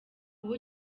kuba